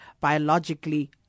biologically